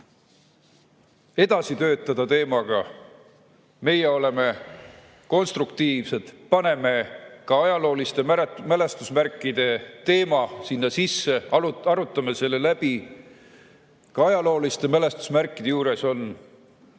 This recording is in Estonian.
edasi töötada teemaga. Meie oleme konstruktiivsed, paneme ka ajalooliste mälestusmärkide teema sinna sisse. Arutame selle läbi! Ka ajalooliste mälestusmärkide juures on